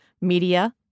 Media